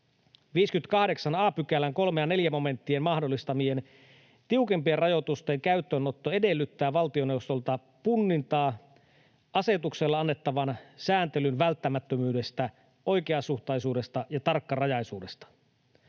58 a §:n 3 ja 4 momenttien mahdollistamien tiukempien rajoitusten käyttöönotto edellyttää valtioneuvostolta punnintaa asetuksella annettavan sääntelyn välttämättömyydestä, oikeasuhtaisuudesta ja tarkkarajaisuudesta.